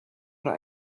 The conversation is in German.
oder